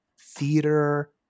theater